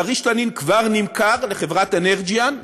"כריש-תנין" כבר נמכר לחברת "אנרג'יאן",